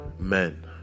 men